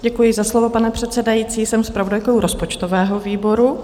Děkuji za slovo, pane předsedající, jsem zpravodajkou rozpočtového výboru.